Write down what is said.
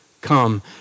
come